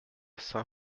saint